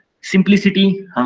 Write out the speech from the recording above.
simplicity